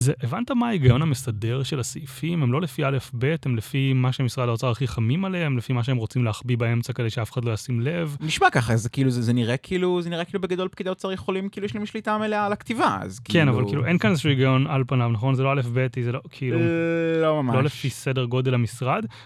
זה, הבנת מה היגיון המסדר של הסעיפים, הם לא לפי א', ב', הם לפי מה שמשרד האוצר הכי חמים עליהם, לפי מה שהם רוצים להחביא באמצע כדי שאף אחד לא ישים לב. נשמע ככה, זה כאילו, זה נראה כאילו, זה נראה כאילו בגדול פקידי האוצר יכולים, כאילו יש להם משליטה מלאה על הכתיבה, אז כאילו... כן, אבל כאילו אין כאן איזשהו היגיון על פניו, נכון? זה לא א', ב', זה לא כאילו... לא ממש. לא לפי סדר גודל המשרד.